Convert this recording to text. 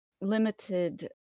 limited